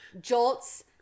Jolts